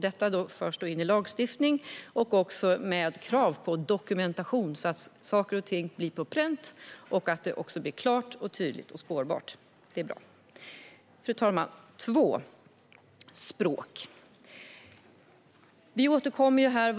Detta förs in i lagstiftningen med krav på dokumentation så att saker och ting kommer på pränt och det blir klart, tydligt och spårbart, vilket är bra. Fru talman! Det andra området handlar om språk.